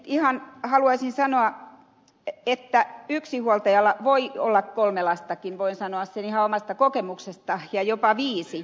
sitten haluaisin sanoa että yksinhuoltajalla voi olla kolme lastakin voin sanoa sen ihan omasta kokemuksesta ja jopa viisi